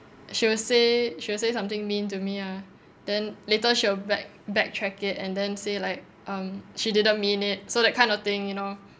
she would say she would say something mean to me ah then later she would back back track it and then say like um she did not mean it so that kind of thing you know